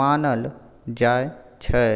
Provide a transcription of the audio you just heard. मानल जाइ छै